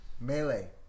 Melee